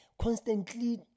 constantly